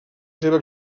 seva